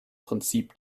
prinzip